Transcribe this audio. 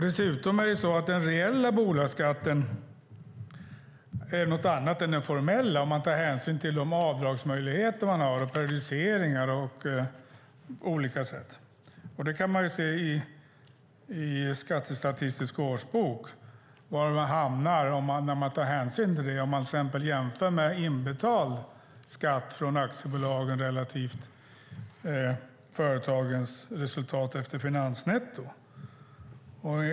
Dessutom är den reella bolagsskatten någonting annat än den formella om man tar hänsyn till de avdragsmöjligheter och periodiseringar man har på olika sätt. Man kan se i Skattestatistisk årsbok var man hamnar om man tar hänsyn till det och jämför inbetald skatt från aktiebolagen relativt företagens resultat efter finansnetto.